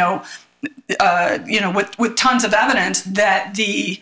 know you know what with tons of evidence that the